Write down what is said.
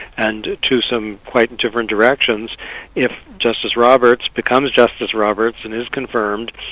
and to some quite different directions if justice roberts becomes justice roberts and is confirmed,